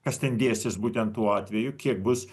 kas ten dėsis būtent tuo atveju kiek bus